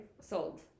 Sold